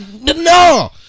no